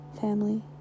family